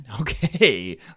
Okay